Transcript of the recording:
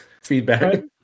feedback